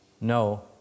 No